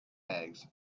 eggs